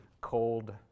cold